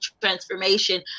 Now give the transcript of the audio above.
transformation